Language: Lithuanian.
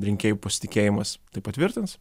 rinkėjų pasitikėjimas tai patvirtins